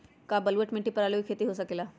का बलूअट मिट्टी पर आलू के खेती हो सकेला?